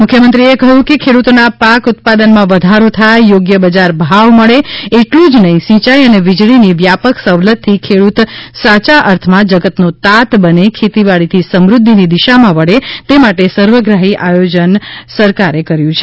મુખ્યમંત્રીશ્રીએ ઉમેર્યુ કે ખેડૂતોના પાક ઉત્પાદનમાં વધારો થાય યોગ્ય બજાર ભાવ મળે એટલું જ નહીં સિંચાઇ અને વિજળીની વ્યાપક સવલતથી ખેડૂત સાચા અર્થમાં જગતનો તાત બને ખેતીવાડીથી સમૃદ્ધિની દિશામાં વળે તે માટેના સર્વગ્રાફી આયોજન આ સરકારે કરેલા છે